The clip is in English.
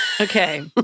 Okay